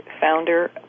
founder